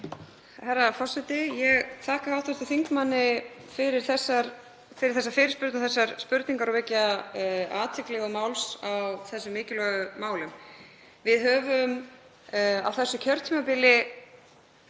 Herra forseti. Ég þakka hv. þingmanni fyrir þessa fyrirspurn og þessar spurningar og fyrir að vekja athygli og máls á þessum mikilvægu málum. Við höfum á þessu kjörtímabili